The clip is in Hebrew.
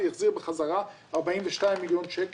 והחזיר בחזרה 42 מיליון שקל,